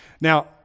Now